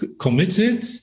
committed